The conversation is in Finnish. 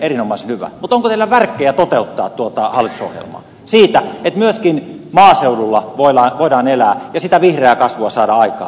mutta onko teillä värkkejä toteuttaa tuota hallitusohjelmaa siinä että myöskin maaseudulla voidaan elää ja sitä vihreää kasvua saada aikaan